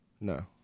no